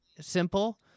simple